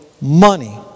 money